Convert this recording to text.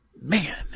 Man